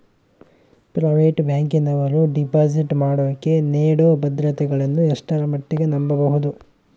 Private ಬ್ಯಾಂಕಿನವರು deposit ಮಾಡೋಕೆ ನೇಡೋ ಭದ್ರತೆಗಳನ್ನು ಎಷ್ಟರ ಮಟ್ಟಿಗೆ ನಂಬಬಹುದು?